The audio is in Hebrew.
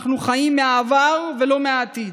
אנחנו חיים מהעבר ולא מהעתיד.